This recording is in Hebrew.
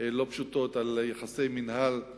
לא פשוטות על יחסי המינהל עם